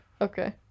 Okay